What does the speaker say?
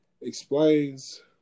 explains